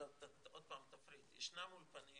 עוד פעם, תפריד, ישנם אולפנים